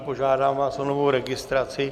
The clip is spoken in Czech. Požádám vás o novou registraci.